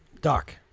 Doc